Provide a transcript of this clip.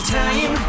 time